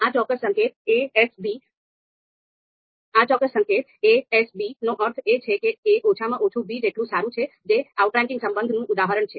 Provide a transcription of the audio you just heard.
આ ચોક્કસ સંકેત a S b નો અર્થ એ છે કે a ઓછામાં ઓછું b જેટલું સારું છે જે આઉટરેંકિંગ સંબંધનું ઉદાહરણ છે